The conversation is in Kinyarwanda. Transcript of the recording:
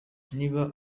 niba